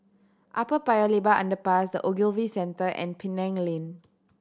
Upper Paya Lebar Underpass The Ogilvy Centre and Penang Lane